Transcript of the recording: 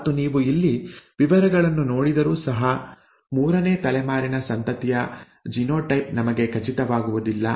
ಮತ್ತು ನೀವು ಇಲ್ಲಿ ವಿವರಗಳನ್ನು ನೋಡಿದರೂ ಸಹ ಮೂರನೇ ತಲೆಮಾರಿನ ಸಂತತಿಯ ಜಿನೋಟೈಪ್ ನಮಗೆ ಖಚಿತವಾಗುವುದಿಲ್ಲ